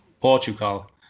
Portugal